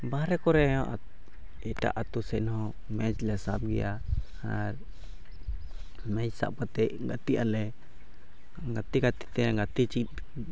ᱵᱟᱦᱨᱮ ᱠᱚᱨᱮ ᱦᱚᱸ ᱮᱴᱟᱜ ᱟᱹᱛᱩ ᱥᱮᱫ ᱦᱚᱸ ᱢᱮᱪ ᱞᱮ ᱥᱟᱵ ᱜᱮᱭᱟ ᱟᱨ ᱢᱮᱪ ᱥᱟᱵ ᱠᱟᱛᱮᱫ ᱜᱟᱛᱮᱜ ᱟᱞᱮ ᱜᱟᱛᱮ ᱜᱟᱛᱮᱛᱮ ᱜᱟᱛᱮ ᱪᱮᱫ